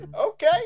okay